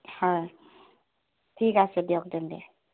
হয় ঠিক আছে দিয়ক তেন্তে